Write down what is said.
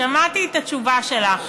שמעתי את התשובה שלך.